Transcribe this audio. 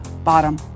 bottom